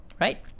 Right